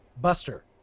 buster